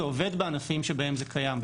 זה עובד בענפים שבהם זה קיים,